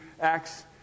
Acts